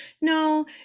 no